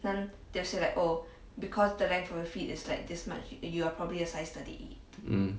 mm